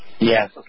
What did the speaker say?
Yes